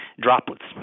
droplets